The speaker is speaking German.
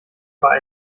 bei